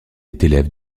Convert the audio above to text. élève